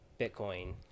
Bitcoin